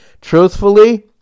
truthfully